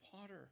potter